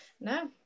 no